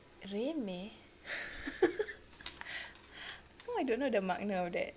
remeh hmm I don't know the makna of that